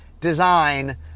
design